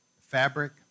fabric